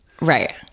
Right